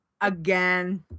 again